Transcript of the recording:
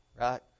right